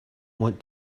want